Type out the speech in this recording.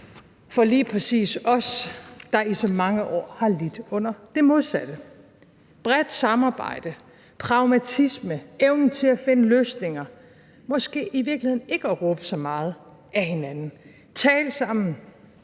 for lige præcis os, der i så mange år har lidt under det modsatte. Et bredt samarbejde, pragmatisme, evnen til at finde løsninger, måske i virkeligheden ikke at råbe så meget af hinanden, tale sammen,